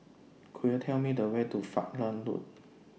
Could YOU Tell Me The Way to Falkland Road